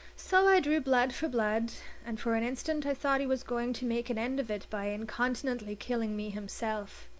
so i drew blood for blood and for an instant i thought he was going to make an end of it by incontinently killing me himself.